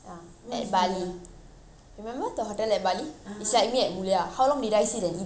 remember the hotel at bali it's like me at mulia how long did I sit and eat there